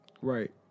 Right